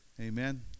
Amen